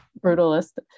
brutalist